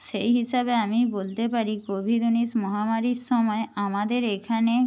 সেই হিসাবে আমি বলতে পারি কোভিড উনিশ মহামারীর সময় আমাদের এখানে